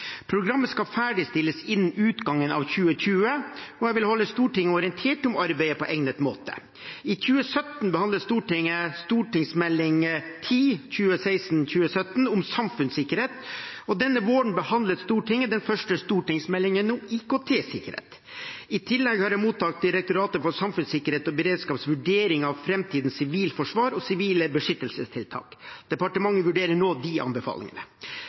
Programmet skal ferdigstilles innen utgangen av 2020, og jeg vil holde Stortinget orientert om arbeidet på egnet måte. I 2017 behandlet Stortinget Meld. St. 10 for 2016–2017 om samfunnssikkerhet, og denne våren behandlet Stortinget den første stortingsmeldingen om IKT-sikkerhet. I tillegg har jeg mottatt fra Direktoratet for samfunnssikkerhet og beredskap vurdering av framtidens sivilforsvar og sivile beskyttelsestiltak. Departementet vurderer nå disse anbefalingene.